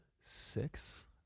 six